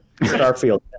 Starfield